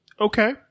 Okay